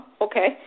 okay